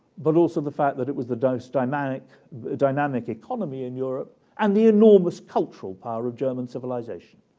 but also the fact that it was the most dynamic dynamic economy in europe and the enormous cultural power of german civilization.